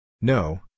No